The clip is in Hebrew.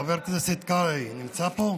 חבר הכנסת קרעי נמצא פה?